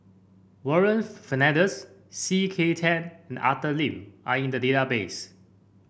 Warren Fernandez C K Tang and Arthur Lim are in the database